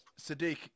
Sadiq